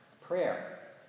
prayer